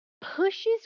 pushes